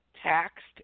Taxed